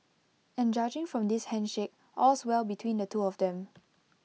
and judging from this handshake all's well between the two of them